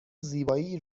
زیبایی